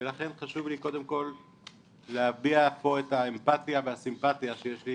לכן חשוב לי קודם כל להביע פה את האמפתיה והסימפטיה שיש לי